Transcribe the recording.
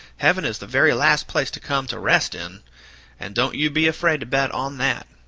heaven is the very last place to come to rest in and don't you be afraid to bet on that!